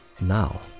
now